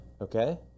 Okay